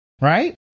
right